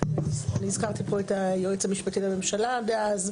אני הזכרתי פה את היועץ המשפטי לממשלה דאז,